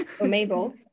Mabel